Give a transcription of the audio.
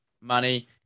money